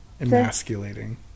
Emasculating